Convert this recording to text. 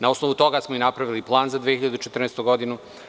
Na osnovu toga smo napravili plan za 2014. godinu.